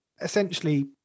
essentially